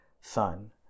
son